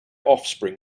offspring